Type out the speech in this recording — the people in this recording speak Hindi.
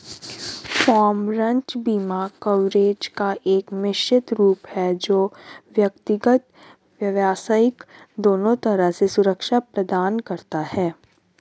फ़ार्म, रंच बीमा कवरेज का एक मिश्रित रूप है जो व्यक्तिगत, व्यावसायिक दोनों तरह से सुरक्षा प्रदान करता है